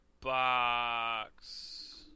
Box